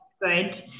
Good